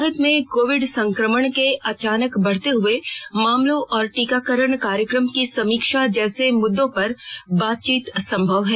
भारत में कोविड संक्रमण के अचानक बढ़ते हुए मामलों और टीकाकरण कार्यक्रम की समीक्षा जैसे मुद्दों पर बातचीत संभव है